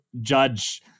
judge